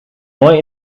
mooi